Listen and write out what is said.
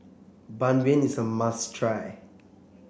Ban Mian is a must try